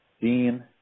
Dean